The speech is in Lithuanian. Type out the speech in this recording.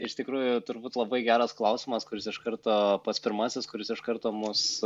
iš tikrųjų turbūt labai geras klausimas kuris iš karto pats pirmasis kuris iš karto mus